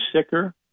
sicker